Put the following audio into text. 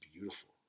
beautiful